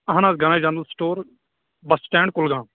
اَہَن حظ Ghani general store bus stand Kulgam